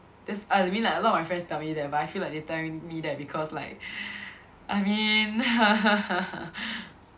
there's I mean like a lot of my friends tell me that but I feel like they telling me that because like I mean